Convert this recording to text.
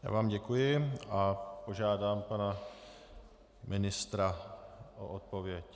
Já vám děkuji a požádám pana ministra o odpověď.